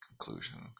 conclusion